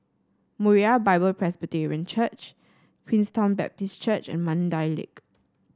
Moriah Bible Presby Church Queenstown Baptist Church and Mandai Lake